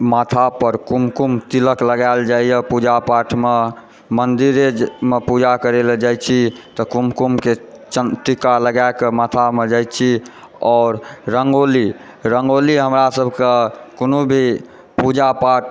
माथा पर कुमकुम तिलक लगाओल जाइयए पुजापाठमे मन्दिरेमे पुजा करय लऽ जाइ छी तऽ कुमकुमके टीका लगाके माथामे जाइ छी आओर रँगोली रंगोली हमरा सभकेँ कोनो भी पूजा पाठ